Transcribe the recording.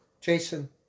Jason